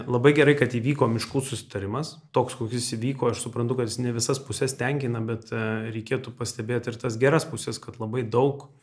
labai gerai kad įvyko miškų susitarimas toks koks jis įvyko aš suprantu kad jis ne visas puses tenkina bet reikėtų pastebėti ir tas geras puses kad labai daug